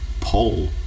poll